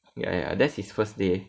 ya ya that's his first day